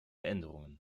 änderungen